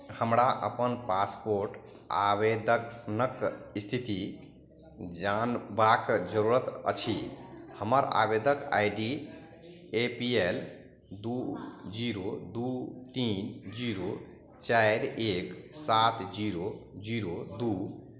हमरा अपन पासपोर्ट आवेदक नक स्थिति जानबाक जरूरत अछि हमर आवेदक I D A P L दू जीरो दू तीन जीरो चारि एक सात जीरो जीरो दू